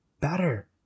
better